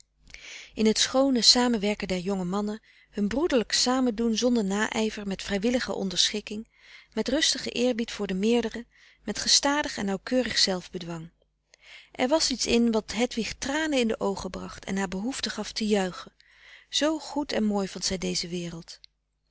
in het schoone samenwerken der jonge mannen hun broederlijk samendoen zonder naijver met vrijwillige onder schikking met rustigen eerbied voor den meerdere met gestadig en nauwkeurig zelfbedwang er was iets in wat hedwig tranen in de oogen bracht en haar behoefte gaf te juichen zoo goed en mooi vond zij deze wereld